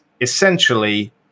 essentially